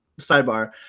sidebar